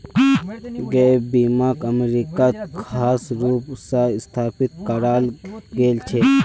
gap बीमाक अमरीकात खास रूप स स्थापित कराल गेल छेक